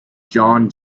john